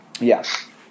Yes